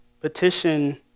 Petition